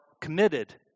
committed